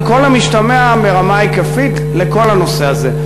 על כל המשתמע ברמה היקפית לכל הנושא הזה.